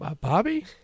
Bobby